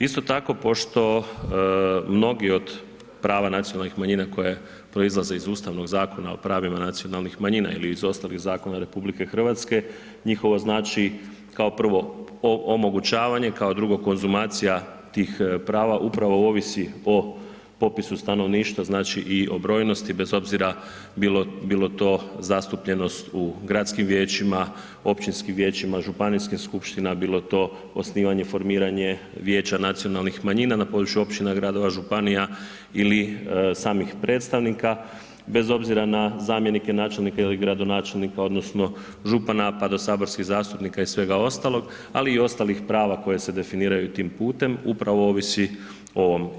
Isto tako pošto mnogi od prava nacionalnih manjina koje proizlaze iz ustavnog Zakona o pravima nacionalnih manjina ili iz ostalih zakona RH njihovo znači kao prvo omogućavanje, kao drugo konzumacija tih prava upravo ovisi o popisu stanovništva znači i o brojnosti bez obzira bilo to zatupljenost u gradskim vijećima, općinskim vijećima, županijskim skupštinama, bilo to osnivanje, formiranje vijeća nacionalnih manjina na području općina, gradova, županija ili samih predstavnika bez obzira na zamjenike, načelnike ili gradonačelnika odnosno župana pa do saborskih zastupnika i svega ostaloga ali i ostalih prava koja se definiraju tim putem upravo ovisi o ovom.